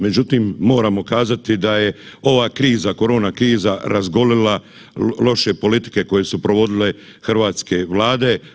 Međutim, moramo kazati da je ova kriza, korona kriza razgolila loše politike koje su provodile hrvatske vlade.